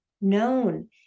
known